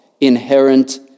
inherent